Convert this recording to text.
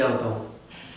ya 我懂